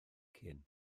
cyn